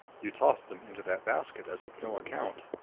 you tossed them into that basket as of no account.